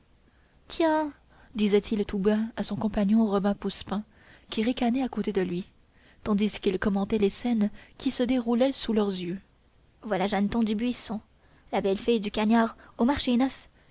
tiens disait-il tout bas à son compagnon robin poussepain qui ricanait à côté de lui tandis qu'il commentait les scènes qui se déroulaient sous leurs yeux voilà jehanneton du buisson la belle fille du cagnard au marché neuf